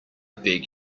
beg